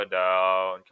down